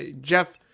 Jeff